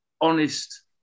honest